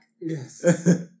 Yes